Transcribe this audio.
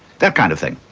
that kind of thing.